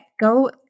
go